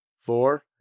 Four